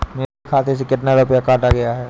मेरे खाते से कितना रुपया काटा गया है?